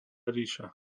ríša